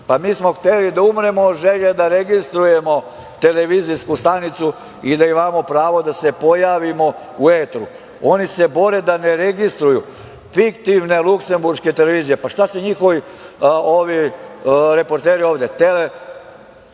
smo hteli da umremo od želje da registrujemo televizijsku stanicu i da imamo pravo da se pojavimo o etru. Oni se bore da ne registruju fiktivne luksemburške televizije. Pa šta, njihovi reporteri se